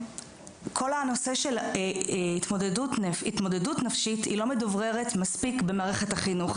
כל הנושא של התמודדות נפשית לא מדוברר מספיק במערכת החינוך.